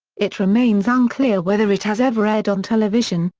it remains unclear whether it has ever aired on television,